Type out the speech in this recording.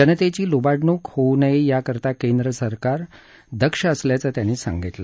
जनतेची लुबाडणूक होऊ नये याकरता केंद्रसरकार दक्ष असल्याचं त्यांनी सांगितलं